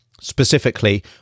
specifically